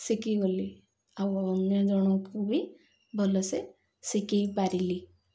ଶିଖିଗଲି ଆଉ ଅନ୍ୟ ଜଣଙ୍କୁ ବି ଭଲସେ ଶିଖାଇ ପାରିଲି